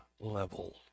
level